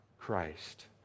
Christ